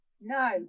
No